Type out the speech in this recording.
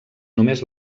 només